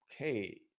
okay